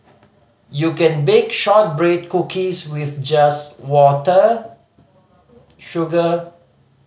you can bake shortbread cookies with just water sugar